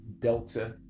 Delta